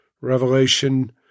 Revelation